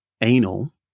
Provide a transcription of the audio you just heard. anal